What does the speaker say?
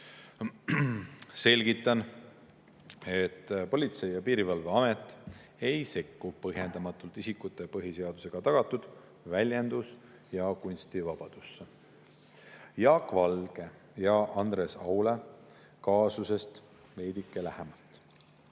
Selgitan, et Politsei- ja Piirivalveamet ei sekku põhjendamatult isikute põhiseadusega tagatud väljendus- ja kunstivabadusse. Jaak Valge ja Andres Aule kaasusest veidike lähemalt.